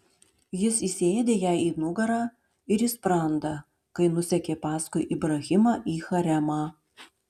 jis įsiėdė jai į nugarą ir į sprandą kai nusekė paskui ibrahimą į haremą